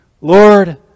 Lord